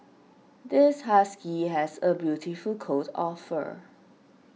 this husky has a beautiful coat of fur